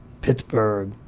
Pittsburgh